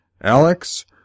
Alex